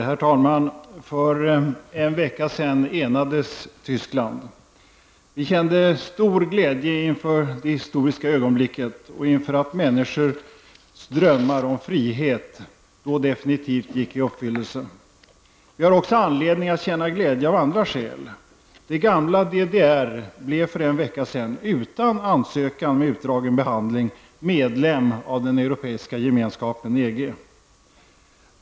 Herr talman! För en vecka sedan enades Tyskland. Vi kände stor glädje inför detta historiska ögonblick och inför att människors drömmar om frihet då definitivt gick i uppfyllelse. Vi har också anledning att känna glädje av andra skäl. Det gamla DDR blev för en vecka sedan, utan ansökan med utdragen behandling, medlem av den europeiska gemenskapen EG.